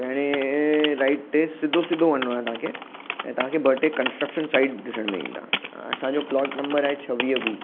पहिरें राईट ते सिधो सिधो वञिणो आहे तव्हांखे ऐं तव्हांखे ॿ टे कंस्ट्रक्शन साईट ॾिसण में ईंदा असांजो प्लॉट नंबर आहे छवीह बी